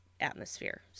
atmosphere